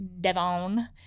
devon